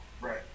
Right